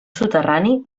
soterrani